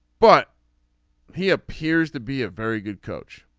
but he appears to be a very good coach